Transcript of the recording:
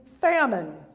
famine